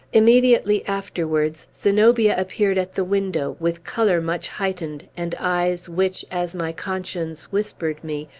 immediately afterwards zenobia appeared at the window, with color much heightened, and eyes which, as my conscience whispered me,